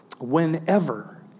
whenever